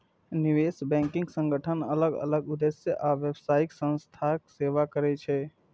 निवेश बैंकिंग संगठन अलग अलग उद्देश्य आ व्यावसायिक संस्थाक सेवा करै छै